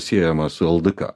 siejama su ldk